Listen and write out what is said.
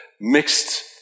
mixed